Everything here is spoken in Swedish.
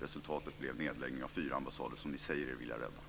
Resultatet blev nedläggning av fyra ambassader som ni säger er vilja rädda.